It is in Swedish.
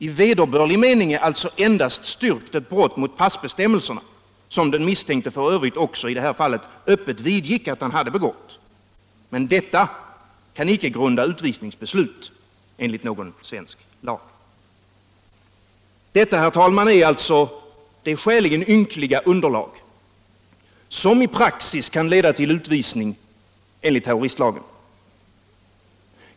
I vederbörlig mening är alltså endast styrkt ett brott mot passbestämmelserna, som den misstänkte f. ö. också i det här fallet öppet vidgick att han hade begått. Men det kan inte grunda utvisningsbeslut enligt någon svensk lag. Detta, herr talman, är alltså det skäligen ynkliga underlag som i praxis kan leda till utvisning enligt terroristlagen!